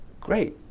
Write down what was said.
great